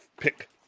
pick